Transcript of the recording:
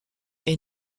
est